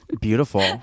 Beautiful